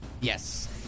Yes